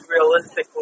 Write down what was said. realistically